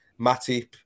Matip